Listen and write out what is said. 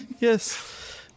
yes